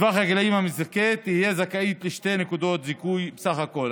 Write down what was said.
בטווח הגילים המזכה תהיה זכאית לשתי נקודות זיכוי בסך הכול,